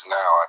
now